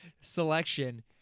selection